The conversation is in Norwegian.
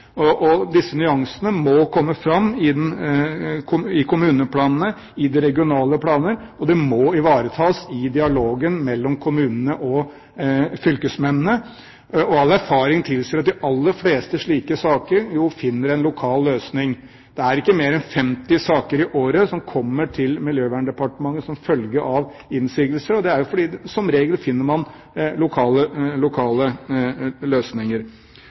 Disse nyansene må komme fram i kommuneplanene, i de regionale planer, og de må ivaretas i dialogen mellom kommunene og fylkesmennene. All erfaring tilsier at de aller fleste slike saker finner en lokal løsning. Det er ikke mer enn 50 saker i året som kommer til Miljøverndepartementet som følge av innsigelse, og det er fordi man som regel finner lokale løsninger.